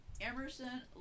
Emerson